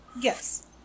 Yes